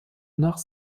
nach